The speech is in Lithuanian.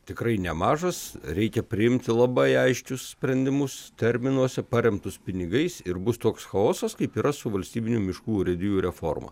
tikrai nemažas reikia priimti labai aiškius sprendimus terminuose paremtus pinigais ir bus toks chaosas kaip yra su valstybinių miškų urėdijų reforma